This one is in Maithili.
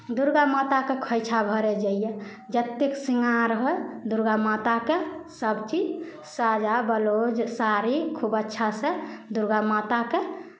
दुर्गामाताकेँ खोँइछा भरय जैयै जतेक शृंगार होय दुर्गामाताके सभचीज साया ब्लाउज साड़ी खूब अच्छासँ दुर्गामाताके